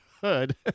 good